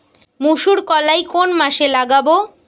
মুসুর কলাই কোন মাসে লাগাব?